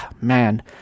man